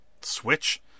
switch